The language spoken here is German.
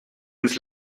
ins